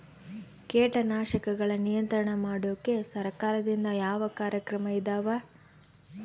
ಕೇಟನಾಶಕಗಳ ನಿಯಂತ್ರಣ ಮಾಡೋಕೆ ಸರಕಾರದಿಂದ ಯಾವ ಕಾರ್ಯಕ್ರಮ ಇದಾವ?